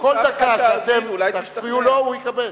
כל דקה שאתם תפריעו לו, הוא יקבל.